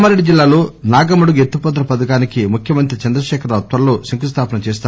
కామారెడ్డి జిల్లాలో నాగమడుగు ఎత్తిపోతల పథకానికి ముఖ్యమంత్రి చంద్రశేఖరరావు త్వరలో శంకుస్లాపన చేస్తారు